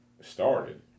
started